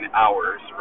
hours